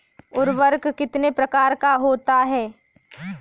उर्वरक कितने प्रकार का होता है?